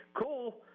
cool